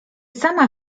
sama